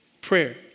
prayer